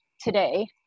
today